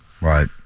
Right